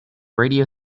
radio